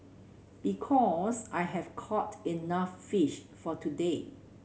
because I've caught enough fish for today